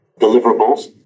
deliverables